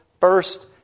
first